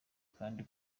kandi